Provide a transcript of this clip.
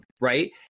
Right